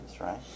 right